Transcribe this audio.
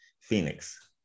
Phoenix